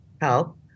help